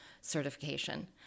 certification